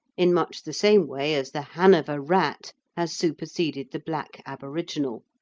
in much the same way as the hanover rat has superseded the black aboriginal,